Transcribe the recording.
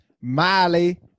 Miley